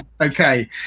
Okay